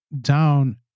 down